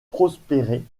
prospérer